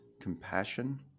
compassion